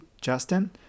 Justin